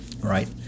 Right